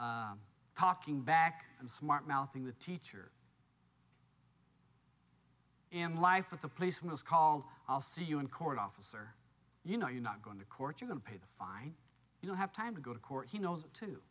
call talking back and smart melting the teacher in life at the place was called i'll see you in court officer you know you're not going to court you can pay the fine you don't have time to go to court he knows t